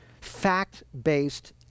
fact-based